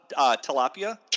tilapia